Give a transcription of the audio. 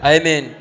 Amen